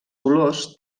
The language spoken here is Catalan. colors